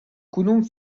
کدوم